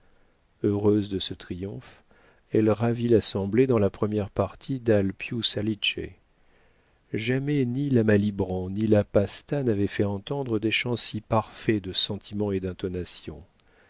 heureuse de ce triomphe elle ravit l'assemblée dans la première partie d'al piu salice jamais ni la malibran ni la pasta n'avaient fait entendre des chants si parfaits de sentiment et d'intonation